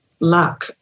luck